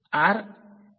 વિદ્યાર્થી